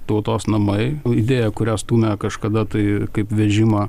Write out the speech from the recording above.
tautos namai o idėja kurią stumia kažkada tai kaip vežimą